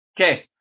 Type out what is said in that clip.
okay